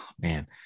man